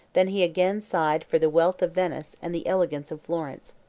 than he again sighed for the wealth of venice and the elegance of florence.